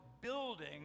building